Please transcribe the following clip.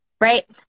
right